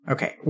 Okay